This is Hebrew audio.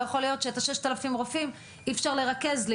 לא יכול להיות שאי אפשר לרכז 6,000 רופאים